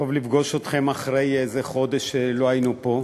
טוב לפגוש אתכם אחרי איזה חודש שלא היינו פה,